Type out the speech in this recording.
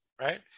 right